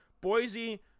Boise